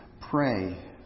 Pray